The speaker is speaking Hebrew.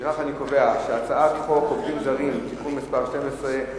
לפיכך אני קובע שחוק עובדים זרים (תיקון מס' 12),